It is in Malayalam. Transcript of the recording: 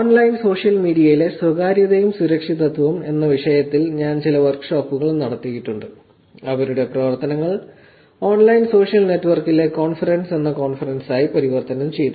ഓൺലൈൻ സോഷ്യൽ മീഡിയയിലെ സ്വകാര്യതയും സുരക്ഷിതത്വവും എന്ന വിഷയത്തിൽ ഞാൻ ചില വർക്ക് ഷോപ്പുകൾ നടത്തിയിട്ടുണ്ട് അവരുടെ പ്രവർത്തനങ്ങൾ ഓൺലൈൻ സോഷ്യൽ നെറ്റ്വർക്കിലെ കോൺഫറൻസ് എന്ന കോൺഫറൻസായി പരിവർത്തനം ചെയ്തു